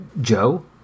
Joe